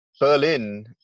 Berlin